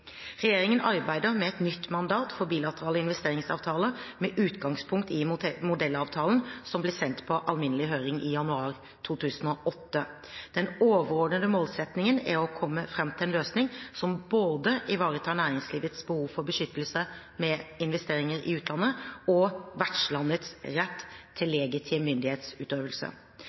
Regjeringen arbeider med et nytt mandat for bilaterale investeringsavtaler, med utgangspunkt i modellavtalen som ble sendt på alminnelig høring i januar 2008. Den overordnede målsettingen er å komme fram til en løsning som ivaretar både næringslivets behov for beskyttelse ved investeringer i utlandet og vertslandets rett til legitim myndighetsutøvelse.